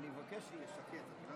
אני מבקש שיהיה שקט.